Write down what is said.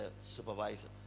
supervisors